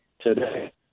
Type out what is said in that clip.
today